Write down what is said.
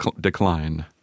decline